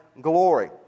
glory